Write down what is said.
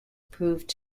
proved